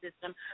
system